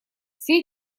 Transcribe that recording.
все